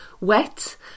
Wet